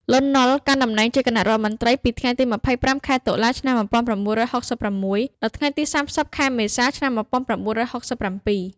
លន់ នល់ កាន់តំណែងជាគណៈរដ្ឋមន្ត្រីពីថ្ងៃទី ២៥ ខែតុលា ឆ្នាំ១៩៦៦ ដល់ថ្ងៃទី ៣០ ខែមេសា ឆ្នាំ១៩៦៧។